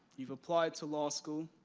you've applied to law school.